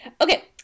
Okay